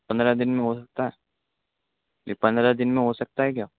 پندرہ دن میں ہو سکتا ہے یہ پندرہ دن میں ہو سکتا ہے کیا